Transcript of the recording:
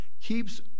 keeps